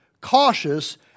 cautious